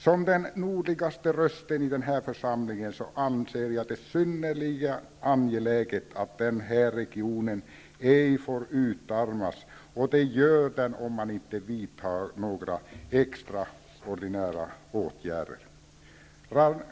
Som den nordligaste rösten i den här församlingen anser jag det vara synnerligen angeläget att den här regionen ej får utarmas, och det gör den om man inte vidtar några extraordinära åtgärder.